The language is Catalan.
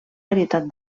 varietat